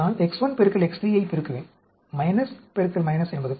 நான் X1 X3 ஐப் பெருக்குவேன் என்பது